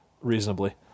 reasonably